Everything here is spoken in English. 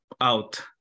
out